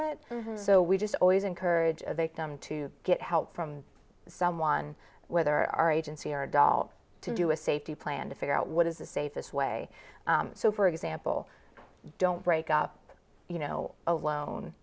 it so we just always encourage a victim to get help from someone whether our agency or doll to do a safety plan to figure out what is the safest way so for example don't break up you know alone